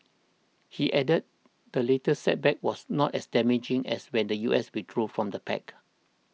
he added the latest setback was not as damaging as when the U S withdrew from the pact